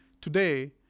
today